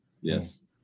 Yes